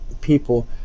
people